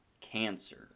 cancer